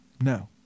No